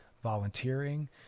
volunteering